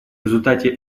результате